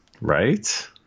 Right